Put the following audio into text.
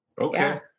Okay